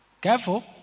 Careful